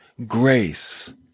Grace